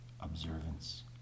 observance